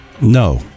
No